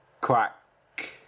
quack